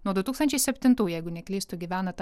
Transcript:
nuo du tūkstančiai septintųjų jeigu neklystu gyvenot